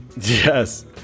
Yes